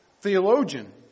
theologian